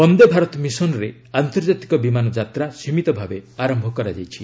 ବନ୍ଦେ ଭାରତ ମିଶନରେ ଆନ୍ତର୍ଜାତିକ ବମାନ ଯାତା ସୀମିତ ଭାବେ ଆରମ୍ଭ କରାଯାଇଛି